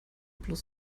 bloß